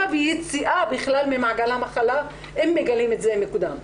ויציאה ממעגל המחלה אם מגלים את זה מוקדם.